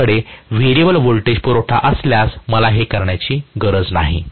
माझ्याकडे variable voltage पुरवठा असल्यास मला हे करण्याची गरज नाही